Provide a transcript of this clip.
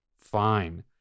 Fine